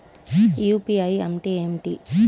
UPI అంటే ఏమిటీ?